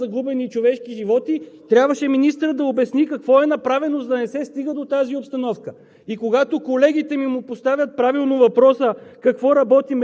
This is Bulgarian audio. Защото вместо да благодарим за това как са направили така, че да няма загубени човешки животи, трябваше министърът да обясни какво е направено, за да не се стига до тази обстановка.